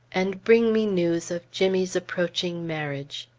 and brings me news of jimmy's approaching marriage.